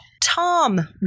Tom